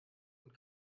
und